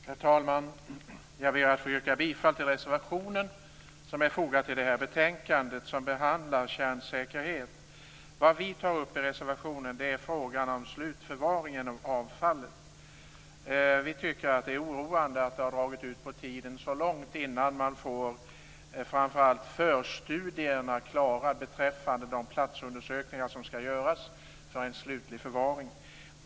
Herr talman! Jag ber att få yrka bifall till reservationen som är fogad till det här betänkandet och som behandlar kärnsäkerhet. Vad vi tar upp i reservationen är frågan om slutförvaringen av avfallet. Vi tycker att det är oroande att det har dragit ut på tiden så länge innan man har fått framför allt förstudierna klara beträffande de platsundersökningar som skall göras inför en slutlig förvaring.